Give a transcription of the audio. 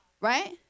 Right